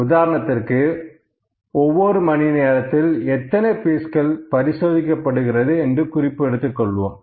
உதாரணத்திற்கு ஒவ்வொரு மணி நேரத்தில் எத்தனை பீஸ்கள் பரிசோதிக்கப்படுகிறது என்று குறிப்பு எடுத்துக் கொள்வோம்